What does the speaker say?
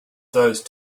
those